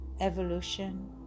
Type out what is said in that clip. evolution